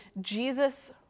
Jesus